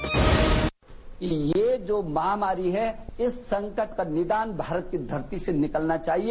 bite ये जो महामारी है इस संकट का निदान भारत की धरती से निकलना चाहिए